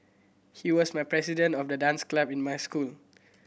he was my president of the dance club in my school